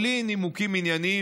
בלי נימוקים ענייניים,